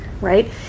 right